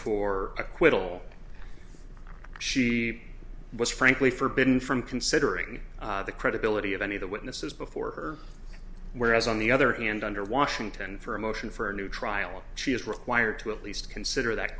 for acquittal she was frankly forbidden from considering the credibility of any of the witnesses before her whereas on the other hand under washington for a motion for a new trial she is required to at least consider that